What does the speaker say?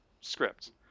scripts